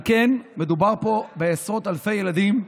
על כן, מדובר פה בעשרות אלפי ילדים,